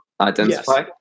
identify